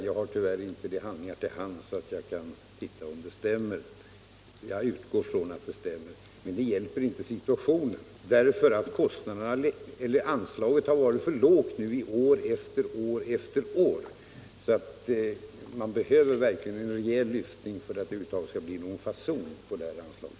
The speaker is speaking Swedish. Jag har tyvärr inte sådana handlingar till hands att jag kan kontrollera om det stämmer, men jag utgår från att så är fallet. Men det hjälper inte upp situationen, eftersom anslaget nu varit för lågt under en följd av år. Det behövs därför en rejäl lyftning för att det verkligen skall bli någon fason på detta anslag.